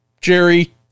Jerry